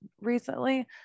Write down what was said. recently